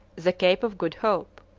the cape of good hope.